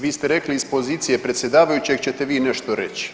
Vi ste rekli iz pozicije predsjedavajućeg ćete vi nešto reći.